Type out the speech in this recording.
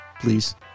Please